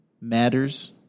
matters